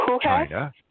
China